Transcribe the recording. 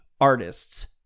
artist's